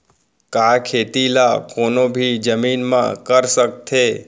का खेती ला कोनो भी जमीन म कर सकथे?